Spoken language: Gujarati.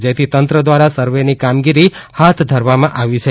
જેથી તંત્ર દ્વારા સર્વેની કામગીરી હાથ ધરવામાં આવી છે